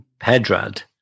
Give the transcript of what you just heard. Pedrad